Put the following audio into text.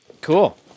Cool